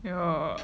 yeah